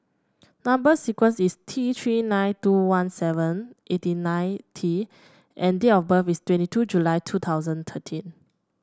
number sequence is T Three nine two one seven eighty nine T and date of birth is twenty two July two thousand thirteen